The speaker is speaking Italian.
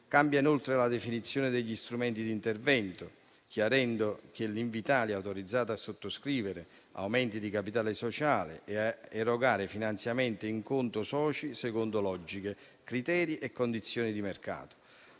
Cambia inoltre la definizione degli strumenti d'intervento, chiarendo che Invitalia è autorizzata a sottoscrivere aumenti di capitale sociale e a erogare finanziamenti in conto soci secondo logiche, criteri e condizioni di mercato.